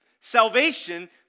Salvation